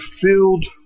filled